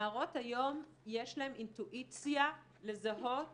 לנערות היום יש אינטואיציה לזהות